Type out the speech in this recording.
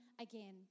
again